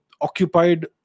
occupied